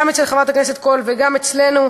גם אצל חברת הכנסת קול וגם אצלנו.